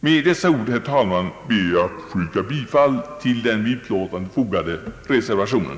Med dessa ord, herr talman, ber jag att få yrka bifall till den vid utlåtandet fogade reservationen.